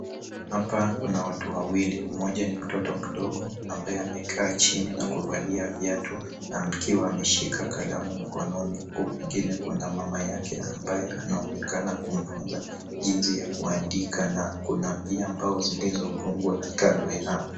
Hapa kuna watu wawili, mmoja ni mtoto mdogo ambaye amekaa chini na kuvalia viatu akiwa ameshika kalamu mkononi huku kwingine kuna mama yake ambaye anaonekana kumfunza jinsi ya kuandika na kuna pia mbao zilizogongwa kando yao.